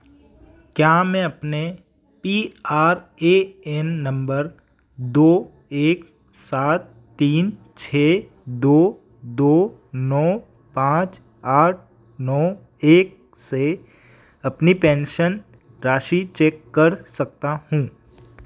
क्या मैं अपने P R A N number दो एक सात तीन छः दो दो नौ पाँच आठ नौ एक से अपनी पेंशन राशि चेक कर सकता हूँ